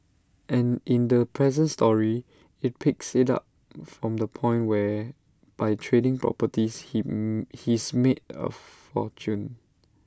and in the present story IT picks IT up from the point where by trading properties him he's made A fortune